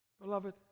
Beloved